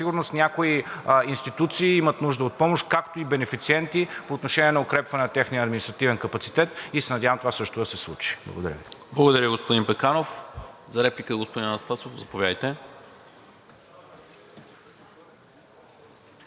някои институции имат нужда от помощ, както и бенефициенти, по отношение на укрепване на техния административен капацитет. Надявам се това също да се случи. Благодаря. ПРЕДСЕДАТЕЛ НИКОЛА МИНЧЕВ: Благодаря, господин Пеканов. За реплика – господин Анастасов, заповядайте.